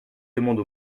demande